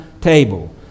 table